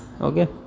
okay